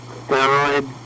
steroid